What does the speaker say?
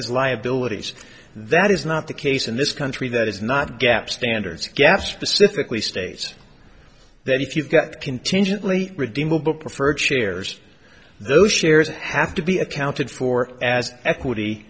as liabilities that is not the case in this country that is not gap standards gas specifically states that if you got contingently redeemable preferred shares those shares have to be accounted for as equity